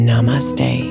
Namaste